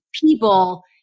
people